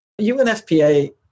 UNFPA